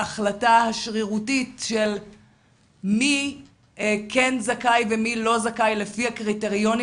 ההחלטה השרירותית של מי כן זכאי ומי לא זכאי לפי הקריטריונים,